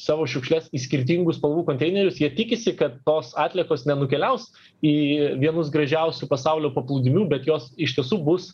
savo šiukšles į skirtingų spalvų konteinerius jie tikisi kad tos atliekos nenukeliaus į vienus gražiausių pasaulio paplūdimių bet jos iš tiesų bus